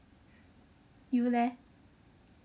you leh